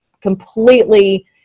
completely